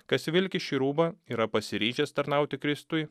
kas vilki šį rūbą yra pasiryžęs tarnauti kristui